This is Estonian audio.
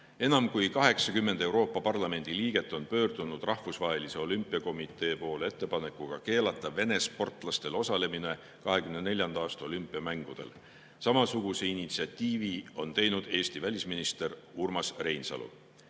Enam kui 80 Euroopa Parlamendi liiget on pöördunud Rahvusvahelise Olümpiakomitee poole ettepanekuga keelata Vene sportlastel osalemine 2024. aasta olümpiamängudel. Samasuguse initsiatiivi on teinud Eesti välisminister Urmas Reinsalu.